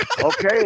Okay